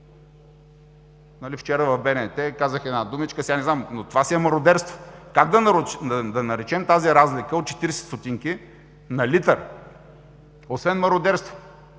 Вчера в БНТ казах една думичка, сега не знам, но това си е мародерство. Как да наречем тази разлика от 40 стотинки на литър, освен мародерство?